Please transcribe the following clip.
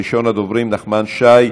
ראשון הדוברים, נחמן שי.